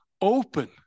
open